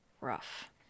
rough